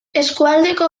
eskualdeko